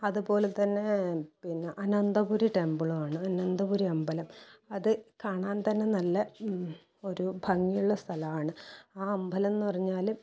അതുപോലെ തന്നെ പിന്നെ അനന്തപുരി ടെമ്പിളുമാണ് അനന്തപുരി അമ്പലം അത് കാണാൻ തന്നെ നല്ല ഒരു ഭംഗിയുള്ള സ്ഥലമാണ് ആ അമ്പലമെന്ന് പറഞ്ഞാൽ